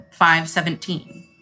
517